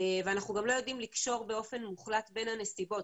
ואנחנו גם לא יודעים לקשור באופן מוחלט בין הנסיבות.